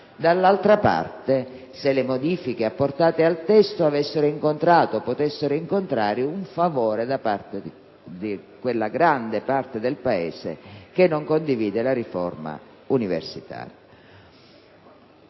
dall'altra, se le modifiche apportate avessero incontrato o potessero incontrare il favore di quella grande parte del Paese che non condivide la riforma universitaria.